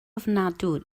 ofnadwy